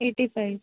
eighty five